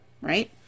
Right